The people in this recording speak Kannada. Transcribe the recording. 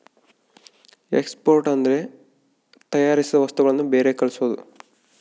ಎಕ್ಸ್ಪೋರ್ಟ್ ಅಂದ್ರೆ ತಯಾರಿಸಿದ ವಸ್ತುಗಳನ್ನು ಬೇರೆ ಕಳ್ಸೋದು